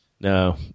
No